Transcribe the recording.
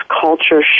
culture